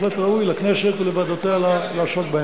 בהחלט ראוי לכנסת ולוועדותיה לעסוק בו.